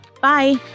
Bye